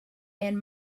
and